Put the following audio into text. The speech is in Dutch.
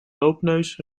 loopneus